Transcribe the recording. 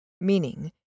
meaning